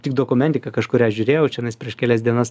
tik dokumentiką kažkurią žiurėjau čianais prieš kelias dienas